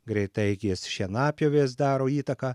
greitaeigės šienapjovės daro įtaką